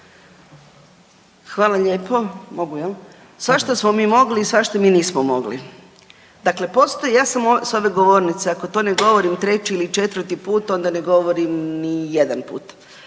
mogu jel. Svašta smo mi mogli i svašta mi nismo mogli. Dakle postoji, ja sam s ove govornice, ako to ne govorim treći ili četvrti put onda ne govorim ni jedan put.